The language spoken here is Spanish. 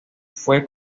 fue